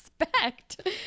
expect